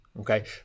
Okay